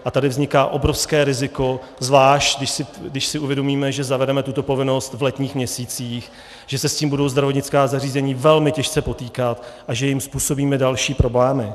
A tady vzniká obrovské riziko, zvlášť když si uvědomíme, že zavedeme tuto povinnost v letních měsících, že se s tím budou zdravotnická zařízení velmi těžce potýkat a že jim způsobíme další problémy.